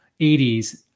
80s